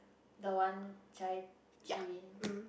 the one Chai-Chee